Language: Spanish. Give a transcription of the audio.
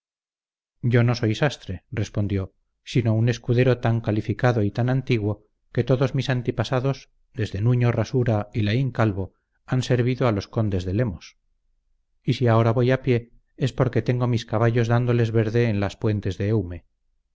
yo no soy sastre respondió sino un escudero tan calificado y tan antiguo que todos mis antepasados desde nuño rasura y laín calvo han servido a los condes de lemos y si ahora voy a pie es porque tengo mis caballos dándoles verde en las puentes de eume